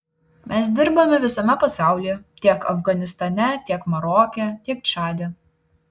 mes dirbame visame pasaulyje tiek afganistane tiek maroke tiek čade